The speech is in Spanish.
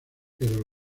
pero